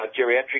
geriatric